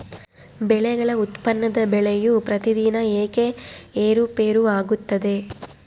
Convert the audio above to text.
ಬೆಳೆಗಳ ಉತ್ಪನ್ನದ ಬೆಲೆಯು ಪ್ರತಿದಿನ ಏಕೆ ಏರುಪೇರು ಆಗುತ್ತದೆ?